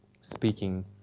speaking